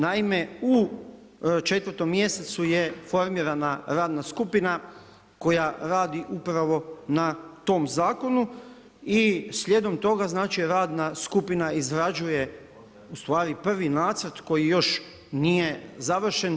Naime, u 4. mjesecu je formirana radna skupina koja radi upravo na tom zakonu i slijedom toga radna skupina izrađuje u stvari prvi nacrt koji još nije završen.